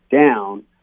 down